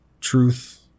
Truth